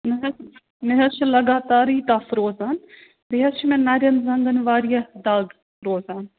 نہَ حظ نہَ مےٚ حظ چھُ لگاتارے تف روزان بیٚیہِ حظ چھِ مےٚ نَرٮ۪ن زَنٛگَن واریاہ دَگ روزان